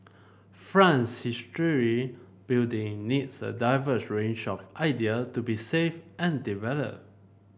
France's history building needs a diverse range of idea to be saved and develop